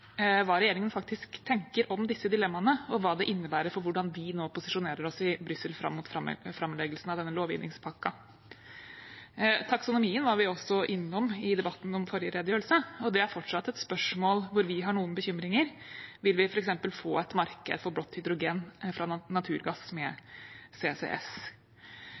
hva regjeringen faktisk tenker om disse dilemmaene, og hva det innebærer for hvordan vi posisjonerer oss i Brussel fram mot framleggelsen av denne lovgivningspakken. Taksonomien var vi også innom i debatten om forrige redegjørelse, og det er fortsatt et spørsmål der vi har noen bekymringer. Vil vi f.eks. få et marked for blått hydrogen fra naturgass med CCS?